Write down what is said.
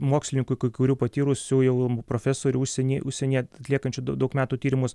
mokslininkų kai kurių patyrusių jau profesorių užsieny užsienyje atliekančių daug metų tyrimus